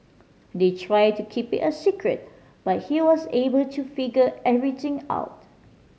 they tried to keep it a secret but he was able to figure everything out